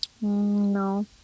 No